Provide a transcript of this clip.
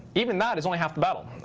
even that is only half the battle.